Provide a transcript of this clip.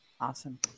awesome